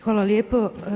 hvala lijepo.